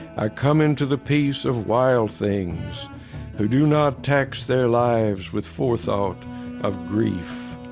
i come into the peace of wild things who do not tax their lives with forethought of grief.